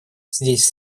здесь